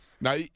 Now